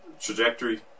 trajectory